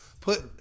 Put